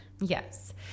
yes